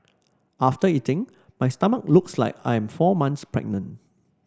after eating my stomach looks like I am four months pregnant